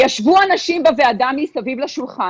וישבו אנשים בוועדה מסביב לשולחן,